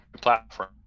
platform